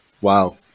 Wow